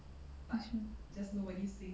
that's true